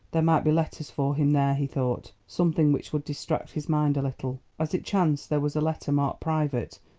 there might be letters for him there, he thought something which would distract his mind a little. as it chanced there was a letter, marked private,